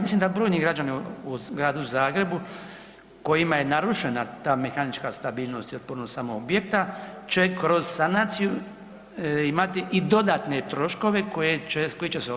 Mislim da brojni građani u Gradu Zagrebu kojima je narušena ta mehanička stabilnost i otpornost samog objekta će kroz sanaciju imati i dodatne troškove koje će, koji će se